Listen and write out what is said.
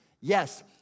Yes